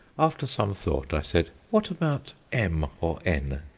after some thought i said, what about m or n?